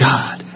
God